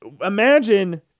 imagine